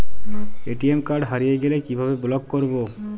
ATM card হারিয়ে গেলে কিভাবে ব্লক করবো?